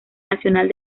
nacional